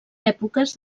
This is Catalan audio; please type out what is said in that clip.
èpoques